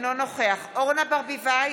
אינו נוכח אורנה ברביבאי,